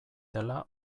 dela